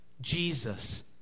Jesus